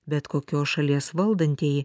bet kokios šalies valdantieji